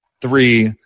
three